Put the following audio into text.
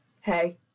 hey